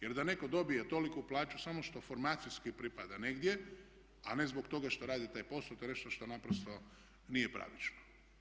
Jer da netko dobije toliku plaću samo što formacijski pripada negdje a ne zbog toga što radi taj posao to je nešto šta naprosto nije pravično.